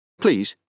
Please